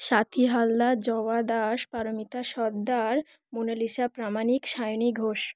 Sathi Haldar Jawa Das Paramita Sardar Monalisa Pramanik Sayani Ghosh